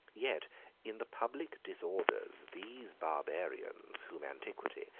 yet in the public disorders, these barbarians, whom antiquity,